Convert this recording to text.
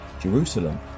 Jerusalem